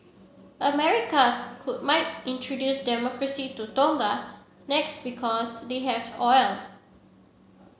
America could might introduce Democracy to Tonga next because they have oil